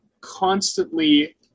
constantly